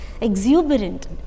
exuberant